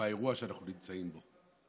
באירוע שאנחנו נמצאים בו.